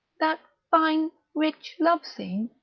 that fine, rich love-scene?